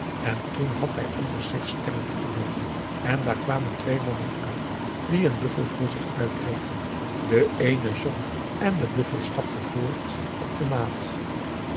en toen had hij onder zich stemmen vernomen en daar kwamen twee mannen aan die een buffel voor zich uit dreven de eene zong en de buffel stapte voort op de maat